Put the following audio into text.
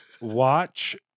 watch